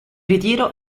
ritiro